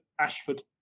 Ashford